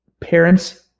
parents